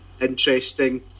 interesting